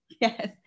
Yes